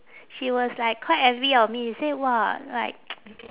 she was like quite envy of me say !wah! like